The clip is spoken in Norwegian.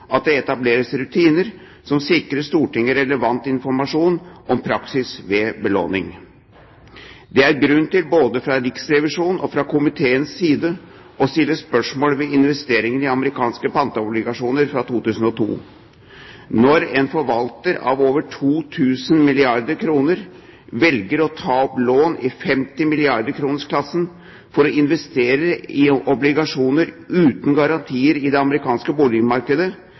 at det etableres rutiner som sikrer Stortinget relevant informasjon om praksis ved belåning. Det er grunn til både fra Riksrevisjonens og fra komiteens side å stille spørsmål ved investeringen i amerikanske panteobligasjoner fra 2002. Når en forvalter av over 2 000 milliarder kr velger å ta opp lån i 50 milliarder kr-klassen for å investere i obligasjoner uten garantier i det amerikanske boligmarkedet,